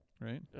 Right